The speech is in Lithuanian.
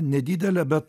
nedidelė bet